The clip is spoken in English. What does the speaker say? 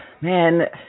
man